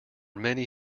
many